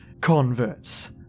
converts